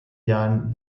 jahren